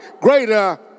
greater